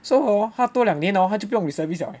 so hor 他多两年 hor 他就不用 reservist liao eh